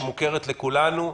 שמוכרת לכולנו,